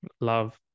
love